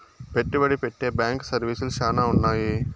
పెట్టుబడి పెట్టే బ్యాంకు సర్వీసులు శ్యానా ఉన్నాయి